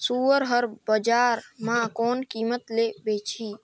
सुअर हर बजार मां कोन कीमत ले बेचाही?